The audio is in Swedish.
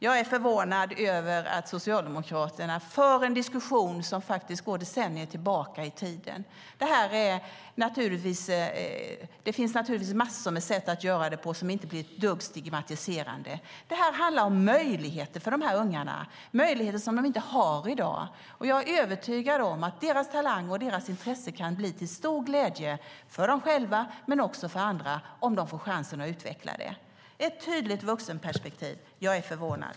Jag är förvånad över att Socialdemokraterna för en diskussion som faktiskt går decennier tillbaka i tiden. Det finns naturligtvis massor av sätt att göra det här på som inte blir ett dugg stigmatiserande. Det handlar om möjligheter för de här ungarna som de inte har i dag. Jag är övertygad om att deras talanger och deras intressen kan bli till stor glädje för dem själva och för andra om de får chansen att utveckla dem. Det är ett tydligt vuxenperspektiv som ni har. Jag är förvånad.